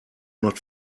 not